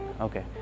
Okay